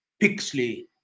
Pixley